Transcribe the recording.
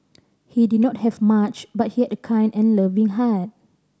he did not have much but he had a kind and loving heart